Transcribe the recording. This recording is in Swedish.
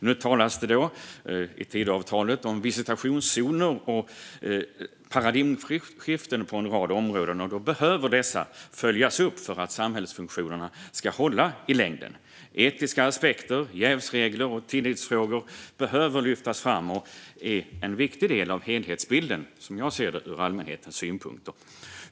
Nu talas det i Tidöavtalet om visitationszoner och paradigmskiften på en rad områden, och då behöver dessa följas upp för att samhällsfunktionerna ska hålla i längden. Etiska aspekter, jävsregler och tillitsfrågor behöver lyftas fram. De är en viktig del av helhetsbilden, som jag ser det, från allmänhetens synpunkt.